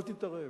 אל תתערב.